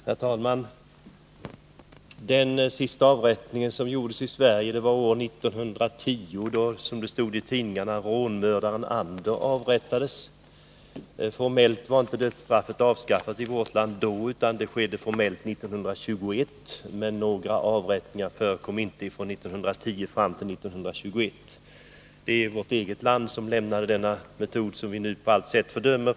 Herr talman! Den sista avrättning som genomfördes i Sverige ägde rum år 1910 då, som det stod i tidningarna, rånmördaren Ander avrättades. Formellt avskaffades inte dödsstraffet i vårt land förrän 1921, men det förekom inte några avrättningar under åren mellan 1910 och 1921. Vårt eget land lämnade alltså för så pass länge sedan den metod som vi nu på allt sätt fördömer.